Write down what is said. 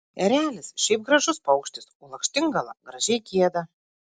erelis šiaip gražus paukštis o lakštingala gražiai gieda